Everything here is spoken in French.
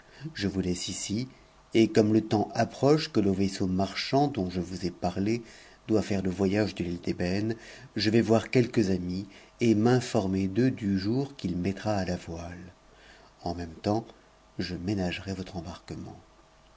je vous laisse ici et cou le temps approche que le vaisseau marchand dont je vous ai parlé faire le voyage de l'île d'ëbëne je vais voir quelques amis et m'into d'eux du jour qu'il mettra à la voile en même temps je ménage embarquement